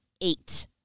eight